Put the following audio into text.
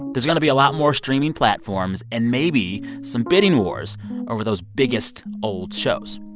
there's going to be a lot more streaming platforms and maybe some bidding wars over those biggest old shows.